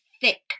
thick